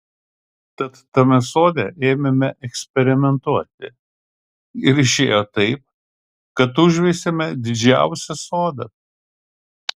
tad tame sode ėmėme eksperimentuoti ir išėjo taip kad užveisėme didžiausią sodą